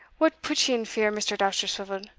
what put you in fear, mr. dousterswivel?